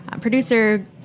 producer